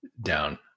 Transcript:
down